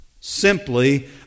simply